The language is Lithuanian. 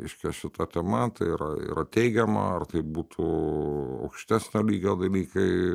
reiškia šita tema tai yra ir yra teigiama ar tai būtų aukštesnio lygio dalykai